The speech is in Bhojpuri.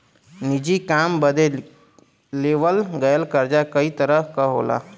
निजी काम बदे लेवल गयल कर्जा कई तरह क होला